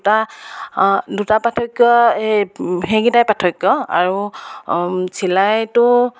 দুটা দুটা পাৰ্থক্য এই সেইকেইটাই পাৰ্থক্য আৰু চিলাইটো